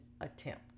attempt